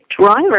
driver